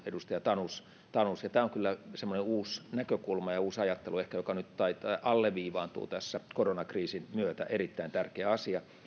edustaja tanus tanus ja tämä on kyllä semmoinen uusi näkökulma ja uusi ajattelu ehkä joka nyt alleviivaantuu koronakriisin myötä erittäin tärkeä asia